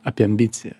apie ambiciją